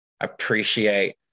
appreciate